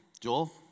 Joel